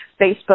Facebook